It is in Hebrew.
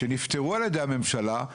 שנפתרו על ידי הממשלה,